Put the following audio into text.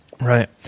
Right